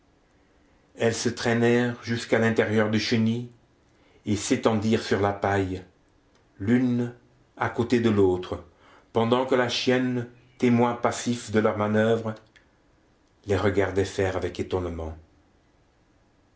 elles se traînèrent jusqu'à l'intérieur du chenil et s'étendirent sur la paille l'une à côté de l'autre pendant que la chienne témoin passif de leur manoeuvre les regardait faire avec étonnement